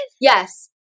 Yes